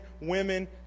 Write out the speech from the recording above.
women